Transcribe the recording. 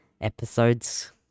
episodes